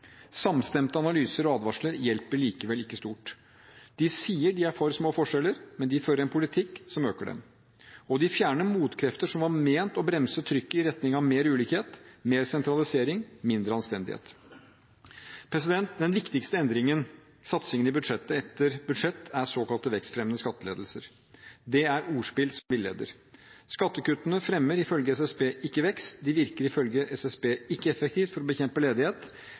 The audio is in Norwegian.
Samstemte analyser og advarsler hjelper likevel ikke stort. De sier de er for små forskjeller, men de fører en politikk som øker den. Og de fjerner motkrefter som var ment å bremse trykket i retning av mer ulikhet, mer sentralisering og mindre anstendighet. Den viktigste endringen, satsingen i budsjett etter budsjett, er såkalt vekstfremmende skattelettelser. Det er et ordspill som villeder. Skattekuttene fremmer ifølge SSB ikke vekst. De virker ifølge SSB ikke effektivt for å bekjempe ledighet.